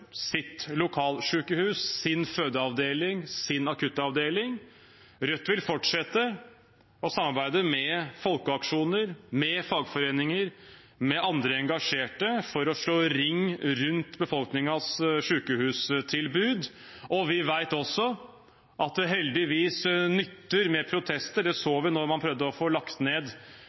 sitt lokalsykehus, sin fødeavdeling, sin akuttavdeling. Rødt vil fortsette å samarbeide med folkeaksjoner, med fagforeninger, og med andre engasjerte for å slå ring rundt befolkningens sykehustilbud. Vi vet at det heldigvis nytter med protester. Det så vi da man prøvde å få lagt ned